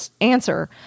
answer